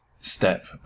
step